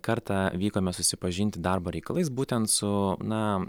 kartą vykome susipažinti darbo reikalais būtent su na